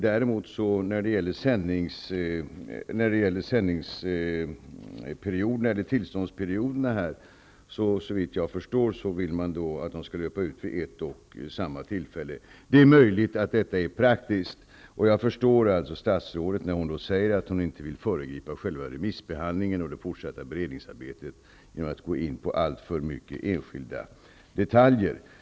När det gäller tillståndsperioderna vill man däremot såvitt jag förstår att de skall löpa ut vid ett och samma tillfälle. Det är möjligt att detta är praktiskt. Jag förstår statsrådet när hon säger att hon inte vill föregripa själva remissbehandlingen och det fortsatta beredningsarbetet genom att gå in på alltför många enskilda detaljer.